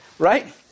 right